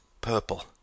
purple